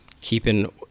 keeping